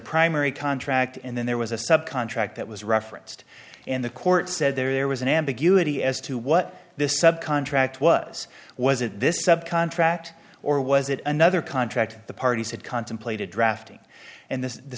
primary contract and then there was a sub contract that was referenced and the court said there was an ambiguity as to what this sub contract was was it this sub contract or was it another contract the parties had contemplated drafting and th